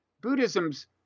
Buddhism's